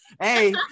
Hey